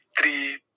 three